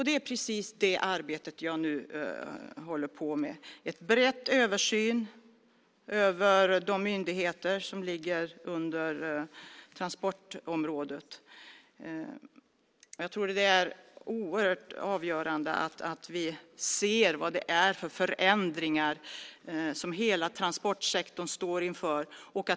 Det är precis det arbete jag nu gör med en bred översyn av de myndigheter som ligger inom transportområdet. Det är oerhört avgörande att vi ser vad det är för förändringar som hela transportsektorn står inför.